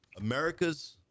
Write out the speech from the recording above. america's